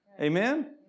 Amen